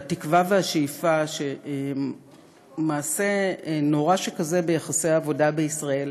והתקווה והשאיפה שמעשה נורא שכזה ביחסי עבודה בישראל